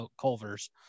Culver's